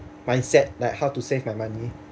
mindset like how to save my money